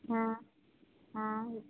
હં હ